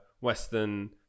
western